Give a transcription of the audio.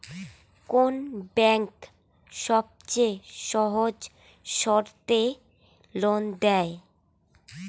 কোন ব্যাংক সবচেয়ে সহজ শর্তে লোন দেয়?